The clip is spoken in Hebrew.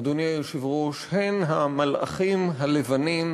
אדוני היושב-ראש, הן המלאכים הלבנים